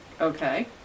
Okay